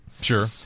Sure